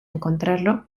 encontrarlo